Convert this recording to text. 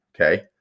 Okay